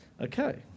Okay